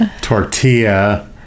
tortilla